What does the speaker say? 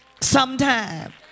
Sometime